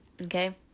okay